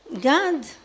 God